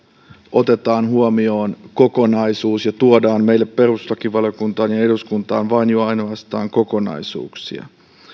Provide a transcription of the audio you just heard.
otetaan huomioon kokonaisuus ja tuodaan meille perustuslakivaliokuntaan ja eduskuntaan vain ja ainoastaan kokonaisuuksia